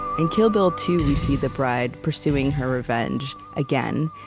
in kill bill two, we see the bride pursuing her revenge again,